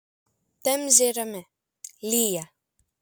temzė rami lyja